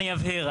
אבהיר,